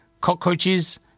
cockroaches